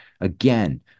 again